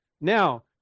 now